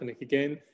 again